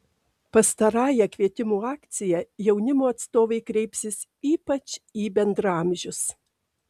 pastarąja kvietimų akcija jaunimo atstovai kreipsis ypač į bendraamžius